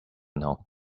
know